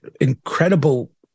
incredible